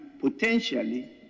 potentially